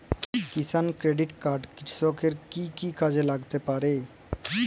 কিষান credit card কৃষকের কি কি কাজে লাগতে পারে?